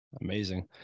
amazing